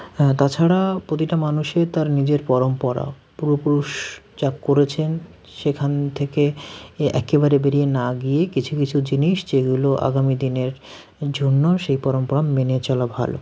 হ্যাঁ তাছাড়া প্রতিটা মানুষের তার নিজের পরম্পরা পূর্বপুরুষ যা করেছেন সেখান থেকে এ একেবারে বেরিয়ে না গিয়ে কিছু কিছু জিনিস যেগুলো আগামী দিনের জন্য সেই পরম্পরা মেনে চলা ভালো